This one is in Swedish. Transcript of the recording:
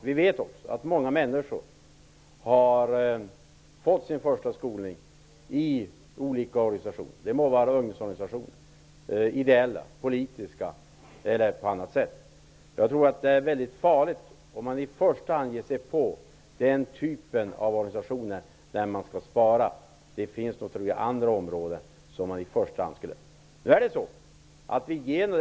Vi vet också att många människor har fått sin första skolning i olika organisationer -- Jag tror att det vore farligt att i första hand ge sig på den typen av organisationer när man ska spara. Det finns i så fall andra områden som man i första hand kan göra besparingar på.